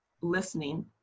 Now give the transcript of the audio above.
listening